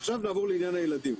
עכשיו נעבור לעניין הילדים.